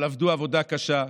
הם עבדו עבודה קשה.